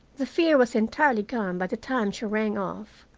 the fear was entirely gone by the time she rang off.